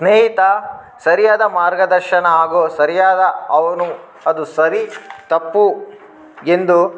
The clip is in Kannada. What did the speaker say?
ಸ್ನೇಹಿತ ಸರಿಯಾದ ಮಾರ್ಗದರ್ಶನ ಹಾಗು ಸರಿಯಾದ ಅವನು ಅದು ಸರಿ ತಪ್ಪು ಎಂದು